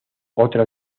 otra